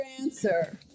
answer